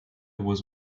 was